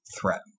threat